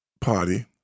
Party